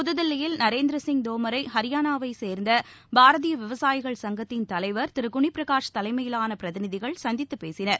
புதுதில்லியில் நரேந்திர சிங் தோமரை அரியாளாவைச் சேர்ந்த பாரதீய விவசாயிகள் சங்கத்தின் தலைவர் திரு குனி பிரகாஷ் தலைமையிலான பிரதிநிதிகள் சந்தித்து பேசினர்